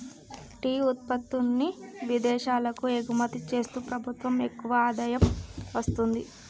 tea ఉత్పత్తుల్ని విదేశాలకు ఎగుమతి చేస్తూ ప్రభుత్వం ఎక్కువ ఆదాయం వస్తుంది